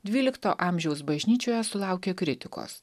dvylikto amžiaus bažnyčioje sulaukė kritikos